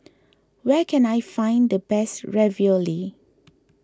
where can I find the best Ravioli